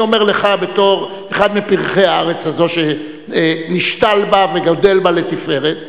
אני אומר לך בתור אחד מפרחי הארץ הזאת שנשתל בה וגדל בה לתפארת,